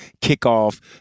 kickoff